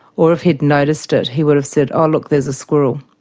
or if he'd noticed it he would have said, oh look, there's a squirrel.